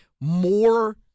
more